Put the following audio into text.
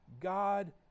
God